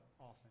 often